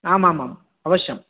आमामाम् अवश्यम्